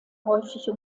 häufig